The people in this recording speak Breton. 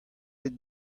aet